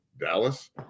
Dallas